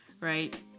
right